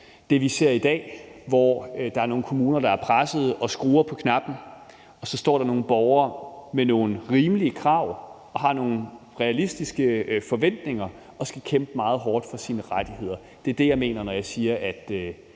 der er i dag, hvor der er nogle kommuner, der er presset og skruer på knappen, og der så står nogle borgere med nogle rimelige krav og har nogle realistiske forventninger og skal kæmpe meget hårdt for sine rettigheder. Jeg kan ikke huske, hvordan